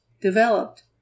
developed